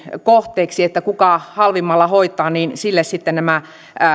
kohteeksi että kuka halvimmalla hoitaa niin sille sitten nämä